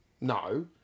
No